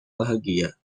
bahagia